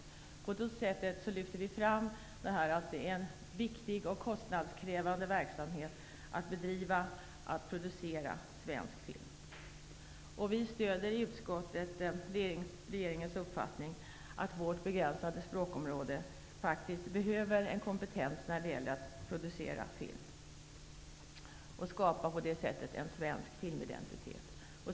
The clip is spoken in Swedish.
På det sättet lyfter vi fram att det är en viktig och kostnadskrävande verksamhet att producera svensk film. Utskottet stöder regeringens uppfattning att vårt begränsade språkområde behöver en kompetens när det gäller att producera film. På det sättet kan vi skapa en svensk filmidentitet.